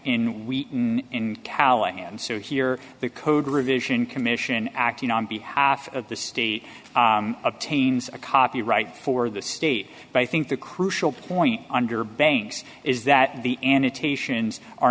we in callahan's so here the code revision commission acting on behalf of the state obtains a copyright for the state but i think the crucial point under bangs is that the a